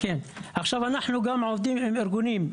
מאז הוקמה הממשלה,